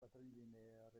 patrilinéaire